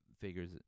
figures